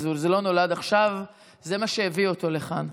זה לא נולד עכשיו, זה מה שהביא אותו לכאן.